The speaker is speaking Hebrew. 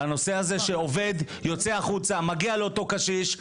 על הנושא הזה שעובד יוצא החוצה, מגיע לאותו קשיש.